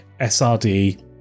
srd